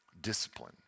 discipline